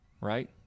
right